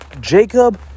Jacob